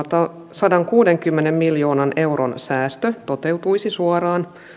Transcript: sadankuudenkymmenen miljoonan euron säästö toteutuisi suoraan